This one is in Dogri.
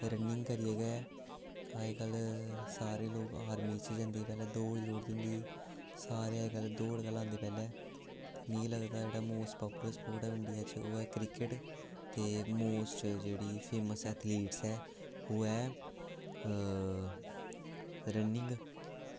रनिंग करियै गै अज्जकल सारे लोग आर्मी च जंदे पैहलें दौड़ जरूरत होंदी सारे अज्जकल दौड़ गै लांदे पैह्लें ते मिगी लगदा जेह्ड़ा मोस्ट पॉपूलर स्पोर्ट ऐ इंडिया बिच्च ओह् ऐ क्रिकेट ते मोस्ट जेह्ड़ी फेमस एथलीट्स ऐ ओह् ऐ रनिंग